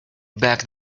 back